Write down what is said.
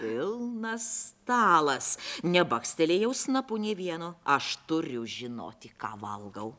pilnas stalas nebakstelėjau snapu nė vieno aš turiu žinoti ką valgau